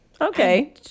Okay